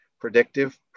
predictive